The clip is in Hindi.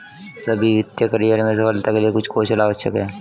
सभी वित्तीय करियर में सफलता के लिए कुछ कौशल आवश्यक हैं